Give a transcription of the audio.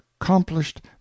accomplished